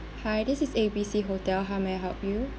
hi this is A B C hotel how may I help you